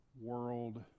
world